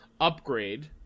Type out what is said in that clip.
upgrade